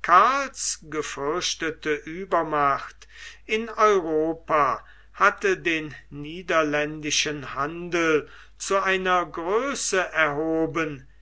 karls gefürchtete uebermacht in europa hatte den niederländischen handel zu einer größe erhoben